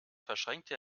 verschränkte